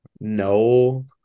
no